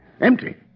Empty